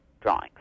drawings